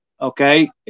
okay